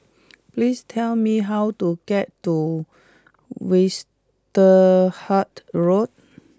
please tell me how to get to Westerhout Road